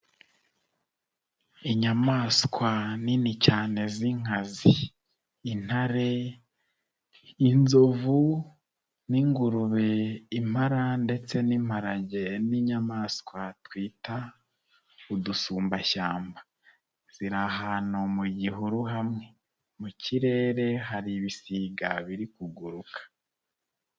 Inyamaswa nini cyane z'inkazi, intare, inzovu n'ingurube, impara ndetse n'imparage, n'inyamaswa twita udusumbashyamba, ziri ahantu mu gihuru hamwe, mu kirere hari ibisiga biri kuguruka.